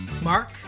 Mark